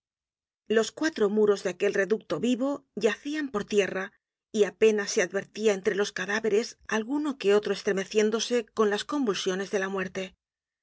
los cuatro muros de aquel reducto vivo yacian por tierra y apenas se advertia entre los cadáveres alguno que otro estremeciéndose con las convulsiones de la muerte